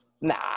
Nah